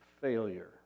failure